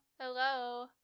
hello